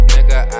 Nigga